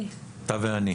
אתה ואני.